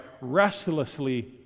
restlessly